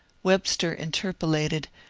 webster interpolated,